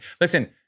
listen